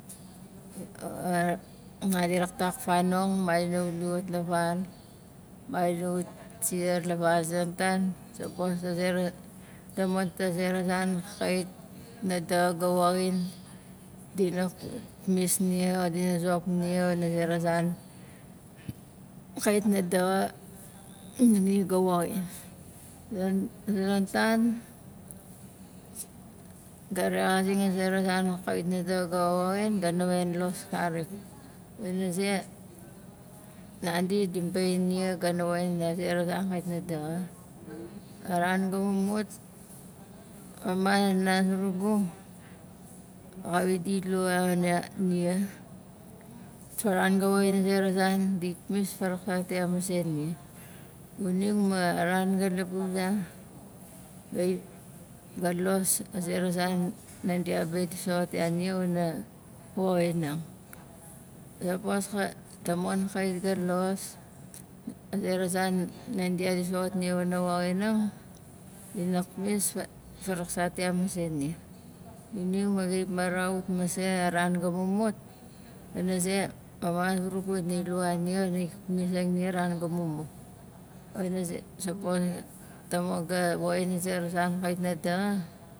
madi raktak fanong madina wuli wat la val madina wat siar la val zi a zonon tan, sapos a zera tamon ta zera zan kait na daxa ga woxin dina mis nia o dina zop nia wana zera zan kait na daxa ni ga woxin a zon- zonon tan ga rexasing a zera zan kawit na daxa ga woxin ga na wen los karik wana ze, nandi di bain nia ga ha woxin a zera zan kait na daxa a ran ga mumut, mama na nana zurugu xawit di lua nia a ran ga woxin a zera zan di pnis faraksak ya masei nia xuning ma, a ran ga laba uza gai ga los a zera zan nandia be di soxot ya nia wana woxinang sapos ka- tamon kai ga los a zera zan nandia di soxot nia wana woxinang dina pnis fa- faraksaat ya masei nia xuning ma, gai marawut masei a ran ga mumut pana ze mama zurugu xait na lua nia pnizing nia la ran ga mumut pana ze- sapos ga- tamon ga woxin a zera zan kait na daxa